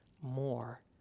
more